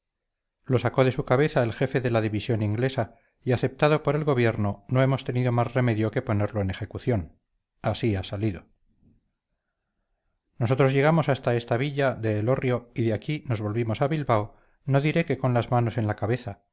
lo sacó de su cabeza el jefe de la división inglesa y aceptado por el gobierno no hemos tenido más remedio que ponerlo en ejecución así ha salido nosotros llegamos hasta esta villa de elorrio y de aquí nos volvimos a bilbao no diré que con las manos en la cabeza